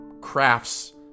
crafts